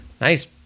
nice